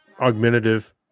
augmentative